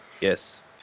Yes